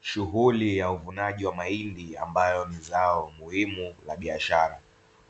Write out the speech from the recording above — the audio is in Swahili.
Shughuli ya uvunaji wa mahindi ambayo ni zao muhimu la biashara.